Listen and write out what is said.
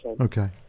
Okay